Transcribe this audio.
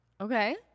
Okay